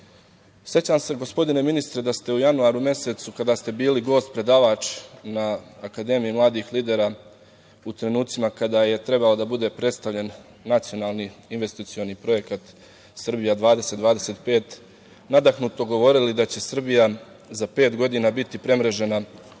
se gospodine ministre da ste u januaru mesecu kada ste bili gost, predavač na Akademiji mladih lidera u trenucima kada je trebao da bude predstavljen nacionalni investicioni projekat Srbija 20-25, nadahnuto govorili da će Srbija za pet godina biti premrežena